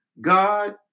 God